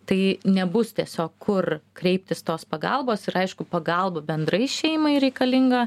tai nebus tiesiog kur kreiptis tos pagalbos ir aišku pagalba bendrai šeimai reikalinga